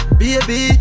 baby